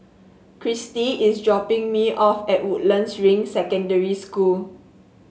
Cristi is dropping me off at Woodlands Ring Secondary School